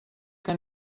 que